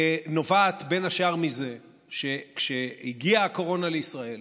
נובעת בין השאר מזה שכשהגיעה הקורונה לישראל,